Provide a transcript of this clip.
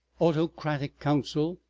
autocratic council,